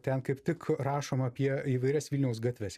ten kaip tik rašoma apie įvairias vilniaus gatves